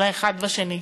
של האחד בשני,